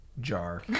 jar